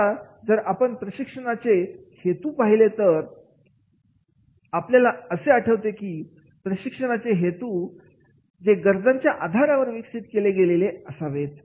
आता जर आपण प्रशिक्षणाचे हेतू पाहिले तर आपल्याला असते आठवण येते की प्रशिक्षणाचे हेतू जे गरजांच्या आधारावर विकसित केले गेलेले असावेत